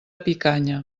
picanya